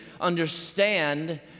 understand